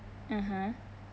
(uh huh)